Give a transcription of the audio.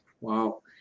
wow